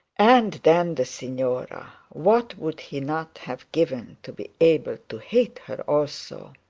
and then the signora what would he not have given to be able to hate her also?